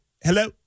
Hello